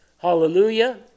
Hallelujah